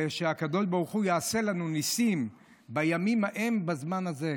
ושהקדוש ברוך הוא יעשה לנו ניסים בימים ההם בזמן הזה.